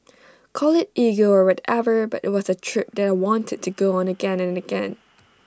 call IT ego or whatever but IT was A trip that I wanted to go on again and again